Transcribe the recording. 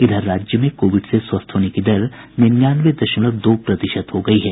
इधर राज्य में कोविड से स्वस्थ होने की दर निन्यानवे दशमलव दो प्रतिशत हो गयी है